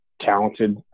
talented